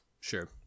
sure